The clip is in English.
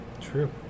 True